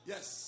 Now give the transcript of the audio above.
Yes